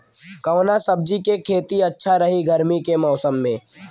कवना सब्जी के खेती अच्छा रही गर्मी के मौसम में?